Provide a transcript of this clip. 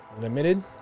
limited